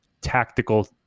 tactical